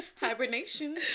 Hibernation